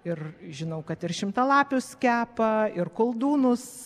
ir žinau kad ir šimtalapius kepa ir koldūnus